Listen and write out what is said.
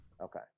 Okay